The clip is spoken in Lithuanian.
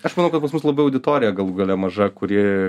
aš manau kad pas mus labai auditorija galų gale maža kuri